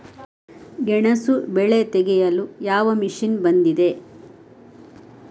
ಗೆಣಸು ಬೆಳೆ ತೆಗೆಯಲು ಯಾವ ಮಷೀನ್ ಬಂದಿದೆ?